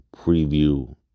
preview